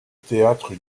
théâtre